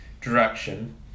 direction